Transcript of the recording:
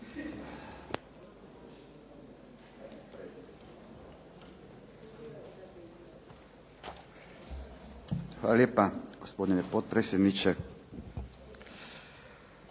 Hvala lijepa gospodine potpredsjedniče.